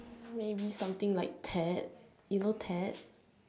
hmm maybe something like ted you know ted